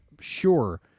sure